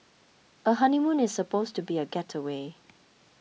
a honeymoon is supposed to be a gateway